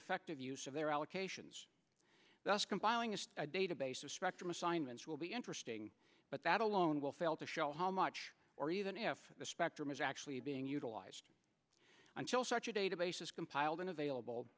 affective use of their allocations thus compiling a database of spectrum assignments will be interesting but that alone will fail to show how much or even if the spectrum is actually being utilized until such a database is compiled and available